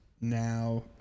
now